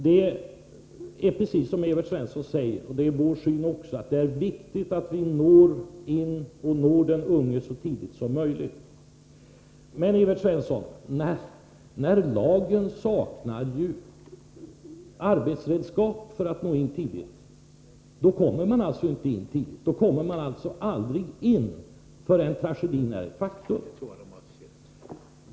Det är precis som Evert Svensson säger viktigt — detta är också vår uppfattning — att vi kan gå in och nå den unge så tidigt som möjligt. Men, Evert Svensson, när lagen så att säga saknar djup och det inte finns arbetsredskap kommer man aldrig in tidigt utan först när tragedin är ett faktum.